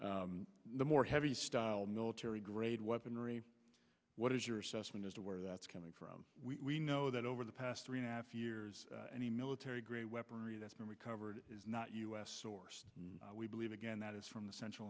that the more heavy style military grade weaponry what is your assessment as to where that's coming from we know that over the past three and a half years any military grade weaponry that's been recovered is not u s sourced we believe again that is from the central